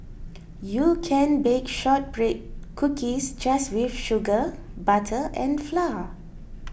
you can bake Shortbread Cookies just with sugar butter and flour